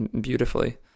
beautifully